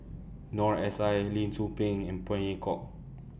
Noor S I Lee Tzu Pheng and Phey Yew Kok